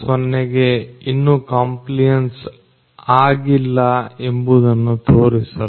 0ಗೆ ಇನ್ನೂ ಕಂಪ್ಲಿಯನ್ಸ್ ಆಗಿಲ್ಲ ಎಂಬುದನ್ನು ತೋರಿಸಲು